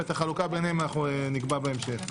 ואת החלוקה ביניהם נקבע בהמשך.